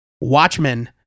watchmen